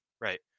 right